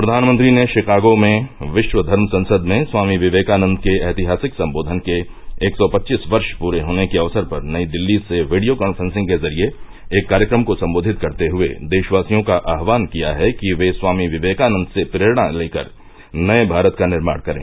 प्रधानमंत्री ने शिकागो में विश्व धर्म संसद में स्वामी विवेकानन्द के एतिहासिक संबोधन के एक सौ पच्चीस वर्ष पूरे होने के अवसर पर नई दिल्ली से वीडियो कांफ्रेंसिंग के जरिये एक कार्यक्रम को संबोधित करते हुए देशवासियों का आह्वान किया है कि वे स्वामी विवेकानन्द से प्रेरणा लेकर नए भारत का निर्माण करें